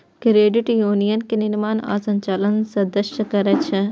credit union के निर्माण आ संचालन सदस्ये करै छै